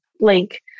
link